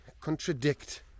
contradict